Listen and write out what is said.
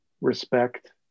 respect